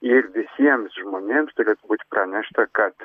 ir visiems žmonėms turėtų būt pranešta kad